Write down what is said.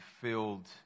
filled